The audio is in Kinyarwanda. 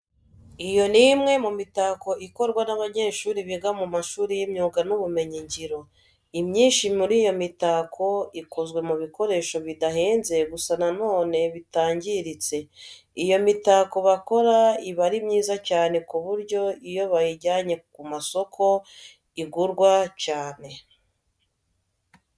Iyo ni imwe mu mitako ikorwa n'abanyeshuri biga mu mashuri y'imyuga n'ubumenyingiro. Imyinshi muri yo iba ikozwe mu bikoresho bidahenze gusa na none bitangiritse. Iyo mitako bakora iba ari myiza cyane ku buryo iyo bayijyanye ku masoko igirwa cyane.